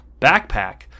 backpack